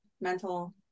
mental